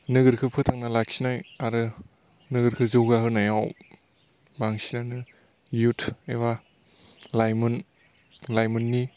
नोगोरखौ फोथांना लाखिनाय आरो नोगोरखौ जौगाहोनायाव बांसिनानो युथ एबा लाइमोन लाइमोननि